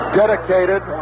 dedicated